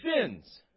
sins